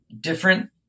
different